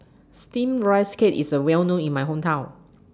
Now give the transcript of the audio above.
Steamed Rice Cake IS A Well known in My Hometown